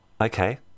Okay